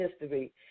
history